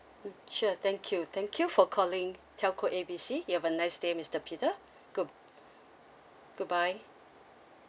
mm sure thank you thank you for calling telco A B C you've a nice day mister peter good~ goodbye